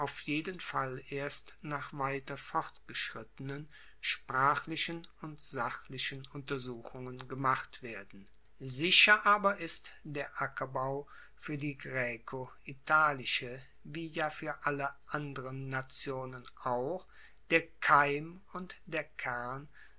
jeden fall erst nach weiter vorgeschrittenen sprachlichen und sachlichen untersuchungen gemacht werden sicher aber ist der ackerbau fuer die graecoitalische wie ja fuer alle anderen nationen auch der keim und der kern